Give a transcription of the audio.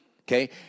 Okay